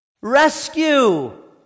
Rescue